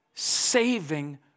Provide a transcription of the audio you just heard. saving